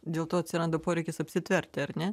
dėl to atsiranda poreikis apsitverti ar ne